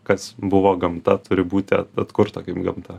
kas buvo gamta turi būti a atkurta kaip gamta